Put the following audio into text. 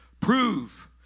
Prove